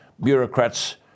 bureaucrats